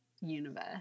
universe